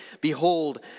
Behold